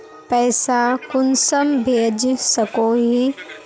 पैसा कुंसम भेज सकोही?